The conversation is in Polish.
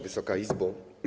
Wysoka Izbo!